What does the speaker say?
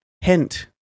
hint